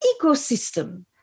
ecosystem